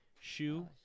shoe